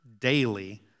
daily